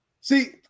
See